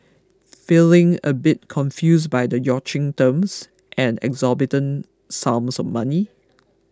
feeling a bit confused by the yachting terms and exorbitant sums of money